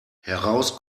heraus